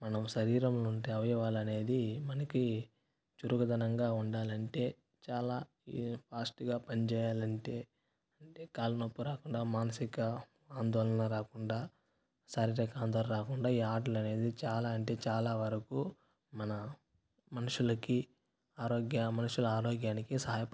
మనం శరీరంలో ఉండే అవయవాలు అనేది మనకి చురుకుదనంగా ఉండాలంటే చాలా ఫాస్ట్గా పని చేయాలంటే అంటే కాళ్ళు నొప్పి రాకుండా మానసిక ఆందోళన రాకుండా శారీరక ఆందోళన రాకుండా ఈ ఆటలనేవి చాలా అంటే చాలా వరకు మన మనుషులకి ఆరోగ్య మనుషుల ఆరోగ్యానికి సహాయపడును